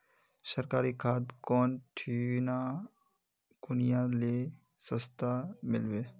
सरकारी खाद कौन ठिना कुनियाँ ले सस्ता मीलवे?